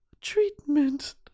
Treatment